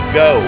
go